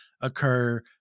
occur